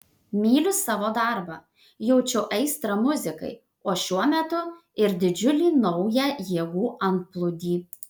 myliu savo darbą jaučiu aistrą muzikai o šiuo metu ir didžiulį naują jėgų antplūdį